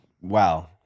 Wow